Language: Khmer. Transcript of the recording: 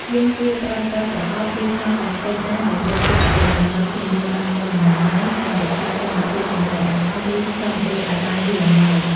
យើងគួរប្រើប្រាស់ប្រអប់ ឬថង់ប្លាស្ទិកណាដែលបិទជិតល្អ ដើម្បីធានាបាននូវអនាម័យ និងរក្សាគុណភាពចំណីអាហារ ឬសម្ភារៈឲ្យបានយូរអង្វែង។